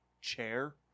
chair